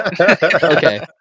Okay